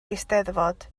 eisteddfod